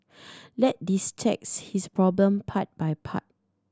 let's this problem part by part